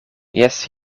jes